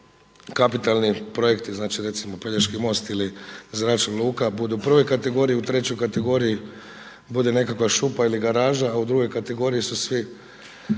koje su kapitalni projekti, znači recimo Pelješki most ili zračna luka budu u prvoj kategoriji, a u trećoj kategoriji bude nekakva šupa ili garaža, a u drugoj kategoriji su svi